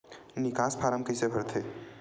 निकास फारम कइसे भरथे?